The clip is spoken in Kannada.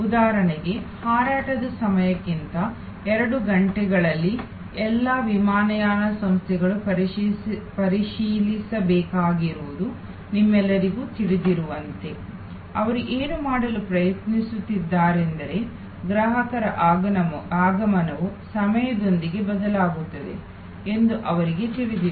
ಉದಾಹರಣೆಗೆ ಹಾರಾಟದ ಸಮಯಕ್ಕಿಂತ ಎರಡು ಗಂಟೆಗಳಲ್ಲಿ ಎಲ್ಲಾ ವಿಮಾನಯಾನ ಸಂಸ್ಥೆಗಳು ಪರಿಶೀಲಿಸಬೇಕಾಗಿರುವುದು ನಿಮ್ಮೆಲ್ಲರಿಗೂ ತಿಳಿದಿರುವಂತೆ ಅವರು ಏನು ಮಾಡಲು ಪ್ರಯತ್ನಿಸುತ್ತಿದ್ದಾರೆಂದರೆ ಗ್ರಾಹಕರ ಆಗಮನವು ಸಮಯದೊಂದಿಗೆ ಬದಲಾಗುತ್ತದೆ ಎಂದು ಅವರಿಗೆ ತಿಳಿದಿದೆ